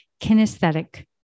kinesthetic